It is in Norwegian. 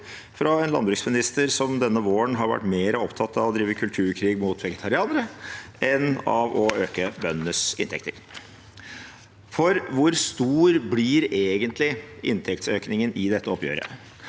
fra en landbruksminister som denne våren har vært mer opptatt av å drive kulturkrig mot vegetarianere enn av å øke bøndenes inntekter. For hvor stor blir egentlig inntektsøkningen i dette oppgjøret?